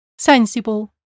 Sensible